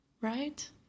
right